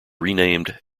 renamed